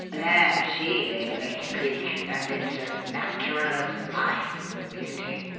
there she is, mr. cleek and it's as natural as life, the beauty!